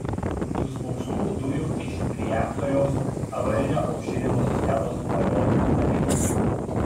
suspaustų dujų iš reaktoriaus avarinio aušinimo sistemos balionų patekimas